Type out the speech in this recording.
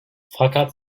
fakat